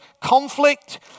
conflict